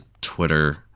Twitter